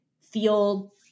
feel